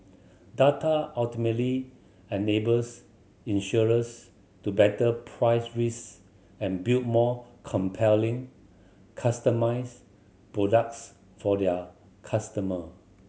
data ultimately enables insurers to better price risk and build more compelling customised products for their customer